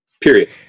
Period